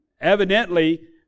Evidently